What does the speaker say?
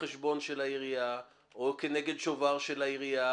לחשבון העירייה או כנגד שובר של העירייה